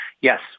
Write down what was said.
yes